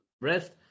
rest